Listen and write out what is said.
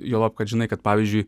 juolab kad žinai kad pavyzdžiui